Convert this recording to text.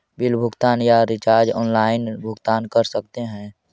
Bill भुगतान या recharge online भुगतान कर सकते हैं?